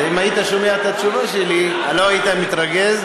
אם היית שומע את התשובה שלי לא היית מתרגז,